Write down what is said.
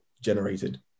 generated